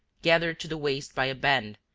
gathered to the waist by a band,